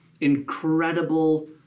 incredible